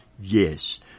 Yes